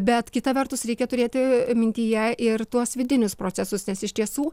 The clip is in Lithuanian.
bet kita vertus reikia turėti mintyje ir tuos vidinius procesus nes iš tiesų